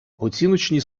оціночні